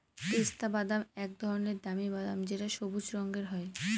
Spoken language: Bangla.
পেস্তা বাদাম এক ধরনের দামি বাদাম যেটা সবুজ রঙের হয়